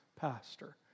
pastor